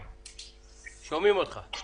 הערה, תוכל להגיב ואתם שמים אותנו בשקט.